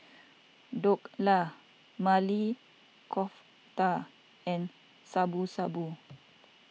Dhokla Maili Kofta and Shabu Shabu